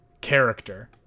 character